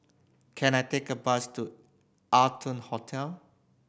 can I take a bus to Arton Hotel